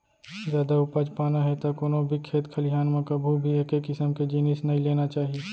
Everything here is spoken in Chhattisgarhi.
जादा उपज पाना हे त कोनो भी खेत खलिहान म कभू भी एके किसम के जिनिस नइ लेना चाही